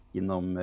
inom